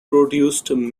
produced